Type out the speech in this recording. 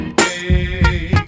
hey